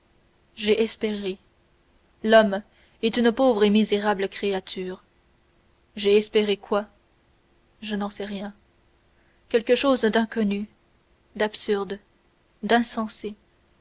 j'ai espéré l'homme est une pauvre et misérable créature j'ai espéré quoi je n'en sais rien quelque chose d'inconnu d'absurde